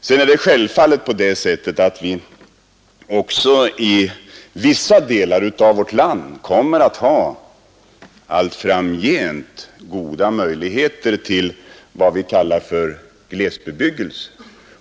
Sedan är det självfallet på det sättet att vi också i vissa delar av vårt land allt framgent kommer att ha goda möjligheter till vad vi kallar glesbebyggelse.